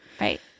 Right